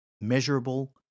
Measurable